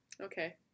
Okay